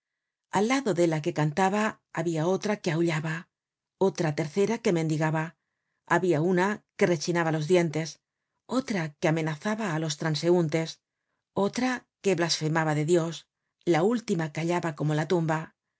al lado de la que cantaba habia otra que ahullaba otra tercera mendigaba habia una que rechinaba los dientes otra que amenazaba á los transeuntes otra que blasfemaba de dios la última callaba como la tumba